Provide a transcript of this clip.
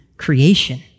creation